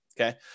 okay